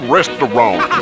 Restaurant